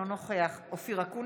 אינו נוכח אופיר אקוניס,